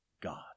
God